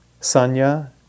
sanya